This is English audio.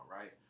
right